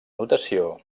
notació